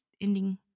ending